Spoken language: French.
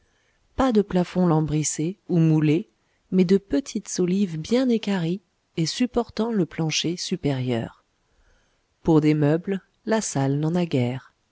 pas de plafond lambrissé ou moulé mais de petites solives bien équarries et supportant le plancher supérieur pour des meubles la salle n'en a guère